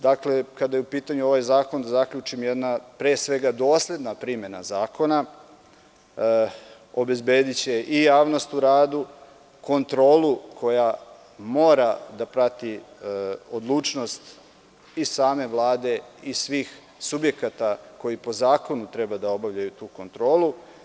Dakle, kada je u pitanju ovaj zakon, da zaključim, jedna pre svega dosledna primena zakona obezbediće i javnost u radu, kontrolu koja mora da prati odlučnost i same Vlade i svih subjekata koji po zakonu treba da obavljaju tu kontrolu.